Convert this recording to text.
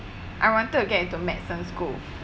I wanted to get into medicine school